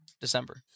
December